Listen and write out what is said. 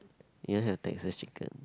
you want have Texas chicken